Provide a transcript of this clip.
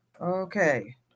Okay